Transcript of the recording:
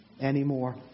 anymore